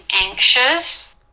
anxious